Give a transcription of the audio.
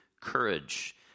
courage